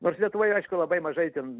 nors lietuvoj aišku labai mažai ten